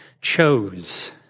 chose